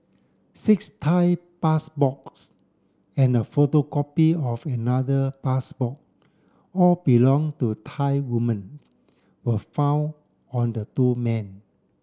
six Thai passports and a photocopy of another passport all belong to Thai women were found on the two men